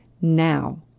now